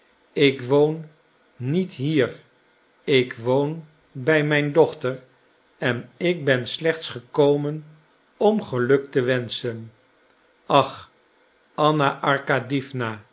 ik woon ook niet hier ik woon bij mijn dochter en ik ben slechts gekomen om geluk te wenschen ach anna